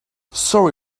sorry